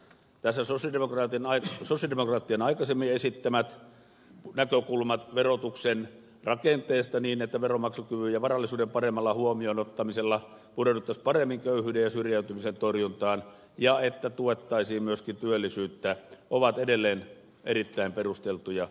tässä susidemokraatin aids tosin varoitti näitä sosialidemokraattien aikaisemmin esittämät näkökulmat verotuksen rakenteesta niin että veronmaksukyvyn ja varallisuuden paremmalla huomioon ottamisella pureuduttaisiin paremmin köyhyyden ja syrjäytymisen torjuntaan ja tuettaisiin myöskin työllisyyttä ovat edelleen erittäin perusteltuja